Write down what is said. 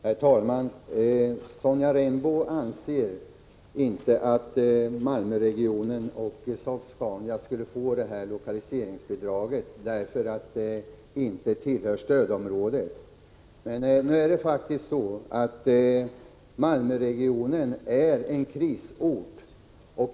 Herr talman! Sonja Rembo anser att Malmöregionen och Saab-Scania inte bör få detta lokaliseringsbidrag, eftersom de inte tillhör stödområdet. Men Malmöregionen är faktiskt en krisort.